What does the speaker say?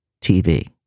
TV